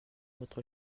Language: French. votre